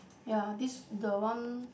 ya this the one